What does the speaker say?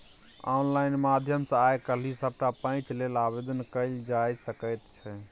online माध्यम सँ आय काल्हि सभटा पैंच लेल आवेदन कएल जाए सकैत छै